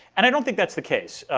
and i don't think that's the case,